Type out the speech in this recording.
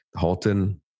Halton